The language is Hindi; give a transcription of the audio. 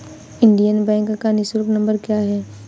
इंडियन बैंक का निःशुल्क नंबर क्या है?